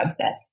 subsets